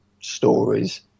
stories